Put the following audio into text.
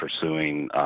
pursuing